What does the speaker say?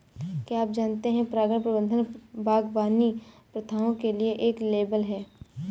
क्या आप जानते है परागण प्रबंधन बागवानी प्रथाओं के लिए एक लेबल है?